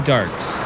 Darks